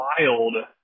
wild